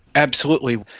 absolutely.